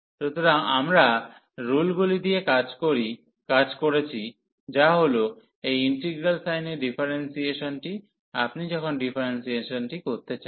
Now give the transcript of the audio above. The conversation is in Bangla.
সুতরাং আমরা রুলগুলি দিয়ে কাজ করেছি যা হল এই ইন্টিগ্রাল সাইনের ডিফারেন্সিয়েশনটি আপনি যখন ডিফারেন্সিয়েশনটি করতে চান